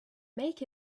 make